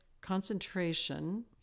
concentration